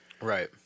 Right